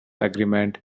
agreement